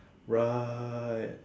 right